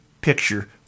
picture